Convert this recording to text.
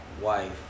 wife